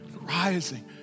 rising